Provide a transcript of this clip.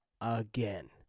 again